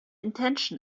intention